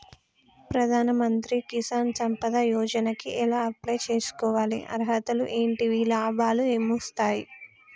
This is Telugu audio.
ప్రధాన మంత్రి కిసాన్ సంపద యోజన కి ఎలా అప్లయ్ చేసుకోవాలి? అర్హతలు ఏంటివి? లాభాలు ఏమొస్తాయి?